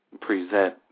present